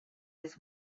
his